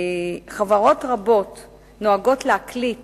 חברות רבות נוהגות להקליט